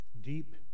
Deep